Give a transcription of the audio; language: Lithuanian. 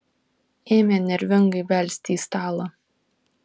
ėmė nervingai belsti į stalą